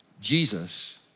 Jesus